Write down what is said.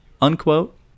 Unquote